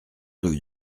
rue